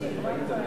התשע"א 2011,